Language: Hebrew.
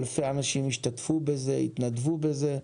אלפי אנשים השתתפו בשה, התנדבו בזה.